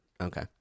Okay